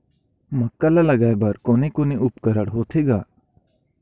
मक्का ला लगाय बर कोने कोने उपकरण होथे ग?